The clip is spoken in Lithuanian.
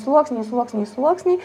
sluoksniai sluoksniai sluoksniai